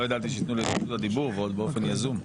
לא ידעתי שיתנו לי את רשות הדיבור ועוד באופן יזום,